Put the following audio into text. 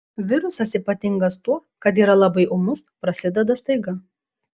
virusas ypatingas tuo kad yra labai ūmus prasideda staiga